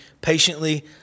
patiently